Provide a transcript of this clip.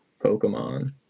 pokemon